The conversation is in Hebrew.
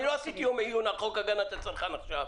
אני לא עשיתי יום עיון על חוק להגנת הצרכן עכשיו.